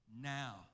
now